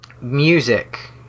Music